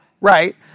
right